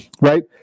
Right